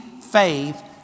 faith